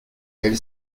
elle